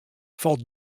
falt